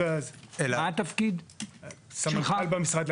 מה שיביא לפגיעה נוספת ביצרנים של שקיות הנילון.